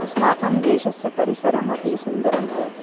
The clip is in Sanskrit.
अस्माकं देशस्य परिसरः अपि सुन्दरः भवति